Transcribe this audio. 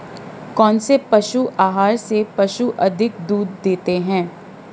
कौनसे पशु आहार से पशु अधिक दूध देते हैं?